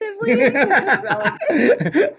Relatively